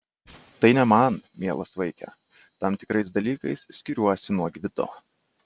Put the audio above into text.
tai ne man mielas vaike tam tikrais dalykais skiriuosi nuo gvido